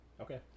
Okay